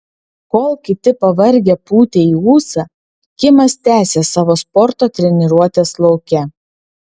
kol kiti pavargę pūtė į ūsą kimas tęsė savo sporto treniruotes lauke